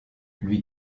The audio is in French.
lui